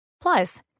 Plus